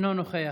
אינו נוכח.